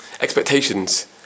expectations